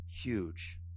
huge